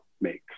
makes